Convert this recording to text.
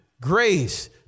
grace